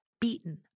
beaten